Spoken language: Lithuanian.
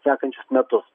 sekančius metus